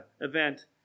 event